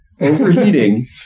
overheating